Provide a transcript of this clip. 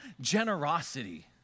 generosity